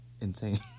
insane